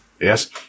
Yes